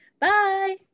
Bye